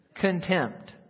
contempt